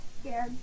Scared